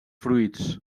fruits